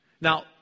Now